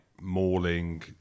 mauling